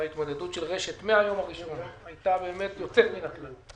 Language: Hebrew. ההתמודדות של רש"ת מן היום הראשון הייתה באמת יוצאת מן הכלל.